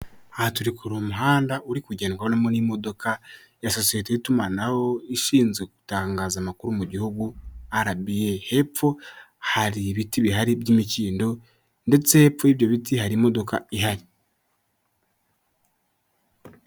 Aha turi kureba umuhanda uri kugendwamo n'imodoka ya sosiyete y'itumanaho ishinzwe gutangaza amakuru mu gihugu RBA. Hepfo hari ibiti bihari by'imikindo ndetse hepfo y'ibyo biti hari imodoka ihari.